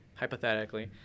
hypothetically